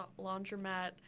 laundromat